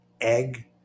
egg